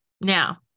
now